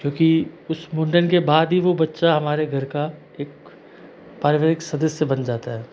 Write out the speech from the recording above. क्योंकि उस मुंडन के बाद ही वो बच्चा हमारे घर का एक पारिवारिक सदस्य बन जाता है